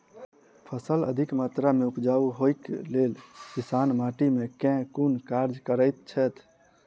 फसल अधिक मात्रा मे उपजाउ होइक लेल किसान माटि मे केँ कुन कार्य करैत छैथ?